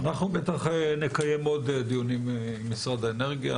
אנחנו בטח נקיים עוד דיונים עם משרד האנרגיה,